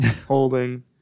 Holding